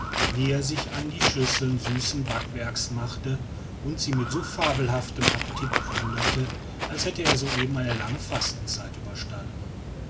wie er sich an die schüsseln süßen backwerks machte und sie mit so fabelhaftem appetit plünderte als hätte er soeben eine lange fastenzeit überstanden